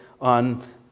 on